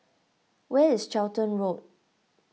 where is Charlton Road